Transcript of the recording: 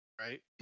right